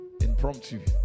Impromptu